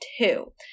two